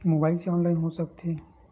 Mobile से online हो सकत हे?